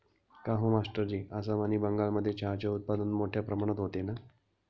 काहो मास्टरजी आसाम आणि बंगालमध्ये चहाचे उत्पादन मोठया प्रमाणात होते ना